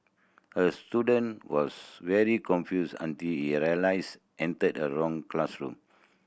the student was very confused until he realised entered the wrong classroom